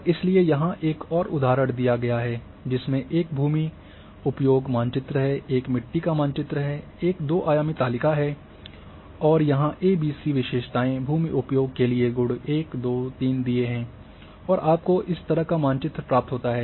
और इसलिए यहां एक और उदाहरण दिया गया है जिसमें एक भूमि उपयोग मानचित्र है एक मिट्टी का मानचित्र है एक दो आयामी तालिका है और यहां ए बी सी विशेषताएँ भूमि उपयोग के लिए एक गुण 1 2 3 दिए हैं और आपको इस तरह का मानचित्र प्राप्त होता है